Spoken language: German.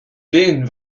willen